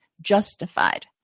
justified